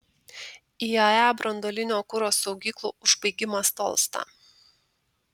iae branduolinio kuro saugyklų užbaigimas tolsta